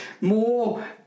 more